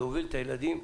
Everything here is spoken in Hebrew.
להוביל את הילדים,